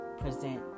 present